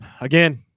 again